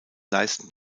leisten